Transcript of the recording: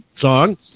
song